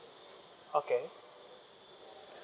okay